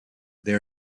they